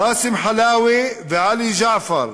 ראסם חלאווה ועלי ג'עפרי,